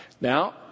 Now